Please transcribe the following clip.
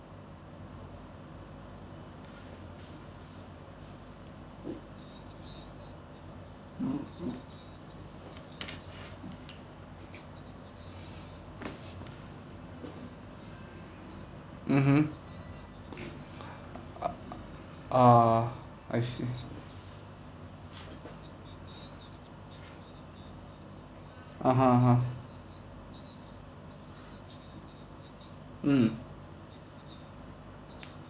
mmhmm ah I see (uh huh)(uh huh) mm